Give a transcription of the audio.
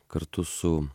kartu su